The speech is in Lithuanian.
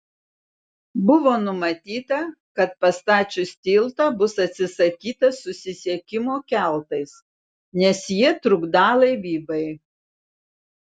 buvo numatyta kad pastačius tiltą bus atsisakyta susisiekimo keltais nes jie trukdą laivybai